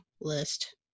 list